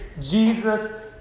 Jesus